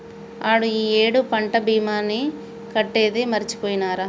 ఆడు ఈ ఏడు పంట భీమాని కట్టేది మరిచిపోయినారా